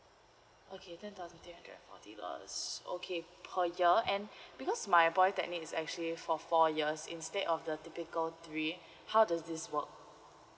okay ten thousand three hundred and forty dollars okay per year and because my polytechnic is actually for four years instead of the typical three how does this work